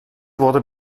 wurde